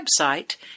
website